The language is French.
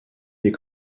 les